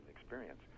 experience